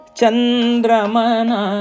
Chandramana